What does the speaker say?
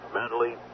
Mentally